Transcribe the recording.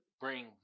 bring